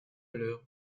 l’heure